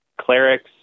clerics